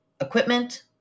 equipment